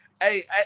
Hey